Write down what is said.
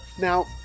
Now